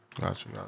gotcha